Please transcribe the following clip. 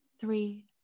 Three